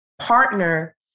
partner